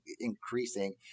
increasing